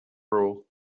rule